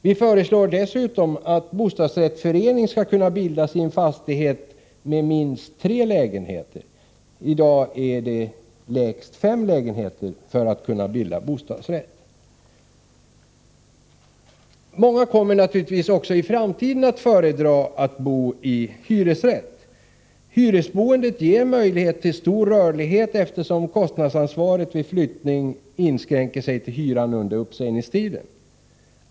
Vi föreslår dessutom att bostadsrättsförening skall kunna bildas i en fastighet med minst tre lägenheter — i dag krävs fem lägenheter för att man skall kunna bilda bostadsrätt. Många kommer naturligtvis också i framtiden att föredra att bo i hus med hyresrätt. Hyresboendet ger möjlighet till stor rörlighet eftersom kostnadsansvaret vid flyttning inskränker sig till hyran under uppsägningstiden.